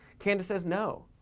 candace says no.